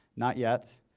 not yet.